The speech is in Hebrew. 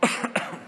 תודה רבה,